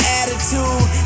attitude